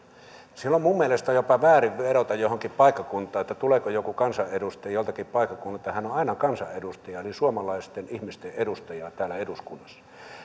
silloin on minun mielestäni jopa väärin verrata johonkin paikkakuntaan että tuleeko joku kansanedustaja joltakin paikkakunnalta hän on aina kansan edustaja ja suomalaisten ihmisten edustaja täällä